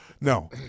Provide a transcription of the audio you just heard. No